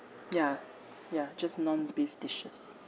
ya ya just non beef dishes